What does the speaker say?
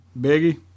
Biggie